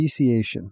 Speciation